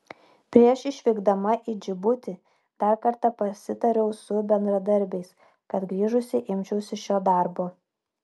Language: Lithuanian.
prieš išvykdama į džibutį dar kartą pasitariau su bendradarbiais kad grįžusi imčiausi šio darbo